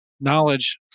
knowledge